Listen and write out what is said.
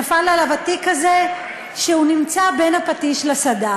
נפל עליו התיק הזה והוא נמצא בין הפטיש לסדן: